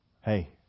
Hey